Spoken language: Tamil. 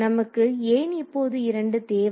நமக்கு ஏன் இப்போது 2 தேவை